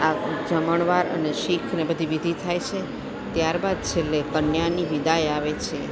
આ જમણવાર અને શીખને બધી વિધિ થાય છે ત્યારબાદ છેલ્લે કન્યાની વિદાય આવે છે